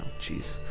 jeez